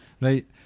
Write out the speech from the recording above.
right